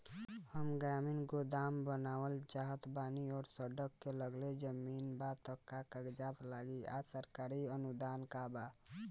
हम ग्रामीण गोदाम बनावल चाहतानी और सड़क से लगले जमीन बा त का कागज लागी आ सरकारी अनुदान बा का?